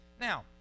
Now